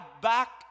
back